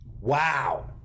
Wow